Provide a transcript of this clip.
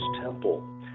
Temple